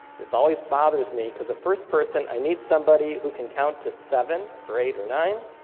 this always bothers me because the first person i need somebody who can count to seven or eight or nine.